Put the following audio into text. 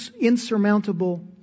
insurmountable